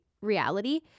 reality